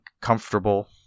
comfortable